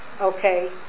Okay